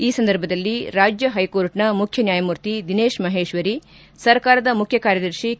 ಈ ಸಂದರ್ಭದಲ್ಲಿ ರಾಜ್ಯ ಹೈಕೋರ್ಟ್ನ ಮುಖ್ಯ ನ್ನಾಯಮೂರ್ತಿ ದಿನೇತ್ ಮಹೇಶ್ವರಿ ಸರ್ಕಾರದ ಮುಖ್ಯ ಕಾರ್ಯದರ್ಶಿ ಕೆ